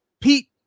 Pete